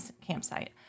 campsite